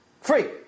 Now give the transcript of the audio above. free